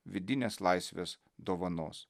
vidinės laisvės dovanos